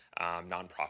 nonprofit